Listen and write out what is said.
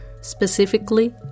specifically